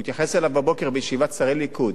והוא התייחס אליו בבוקר בישיבת שרי הליכוד,